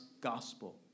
gospel